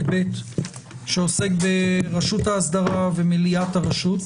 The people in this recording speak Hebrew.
ב' שעוסק ברשות האסדרה ובמליאת הרשות.